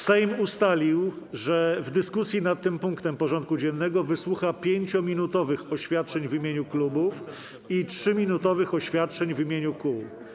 Sejm ustalił, że w dyskusji nad tym punktem porządku dziennego wysłucha 5-minutowych oświadczeń w imieniu klubów i 3-minutowych oświadczeń w imieniu kół.